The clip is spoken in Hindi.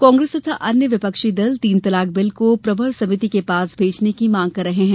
कांग्रेस तथा अन्य विपक्षी दल तीन तलाक बिल को प्रवर समिति के पास भेजने की मांग कर रहे हैं